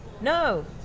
No